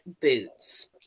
boots